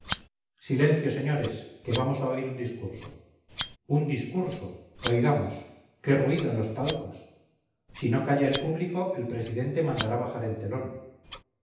silencio señores que vamos a oír un discurso un discurso oigamos qué ruido en los palcos si no calla el público el presidente mandará bajar el telón